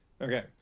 Okay